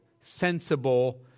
sensible